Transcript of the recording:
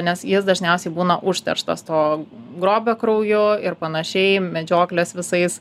nes jis dažniausiai būna užterštas to grobio krauju ir panašiai medžioklės visais